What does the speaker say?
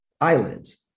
eyelids